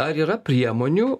ar yra priemonių